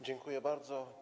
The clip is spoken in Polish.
Dziękuję bardzo.